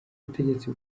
ubutegetsi